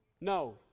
No